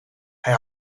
hij